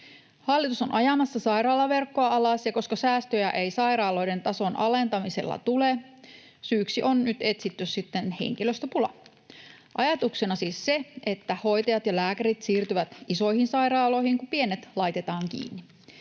Hallitus on ajamassa sairaalaverkkoa alas, ja koska säästöjä ei sairaaloiden tason alentamisella tule, syyksi on nyt sitten etsitty henkilöstöpula. Ajatuksena siis se, että hoitajat ja lääkärit siirtyvät isoihin sairaaloihin, kun pienet laitetaan kiinni.